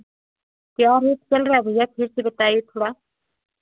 क्या रेट चल रहा है भैया फिर से बताइए थोड़ा